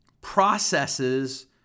processes